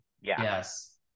Yes